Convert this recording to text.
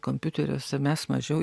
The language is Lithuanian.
kompiuteriuose mes mažiau